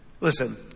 Listen